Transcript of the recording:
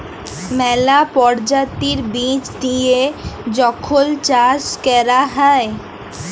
ম্যালা পরজাতির বীজ দিঁয়ে যখল চাষ ক্যরা হ্যয়